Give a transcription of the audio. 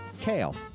kale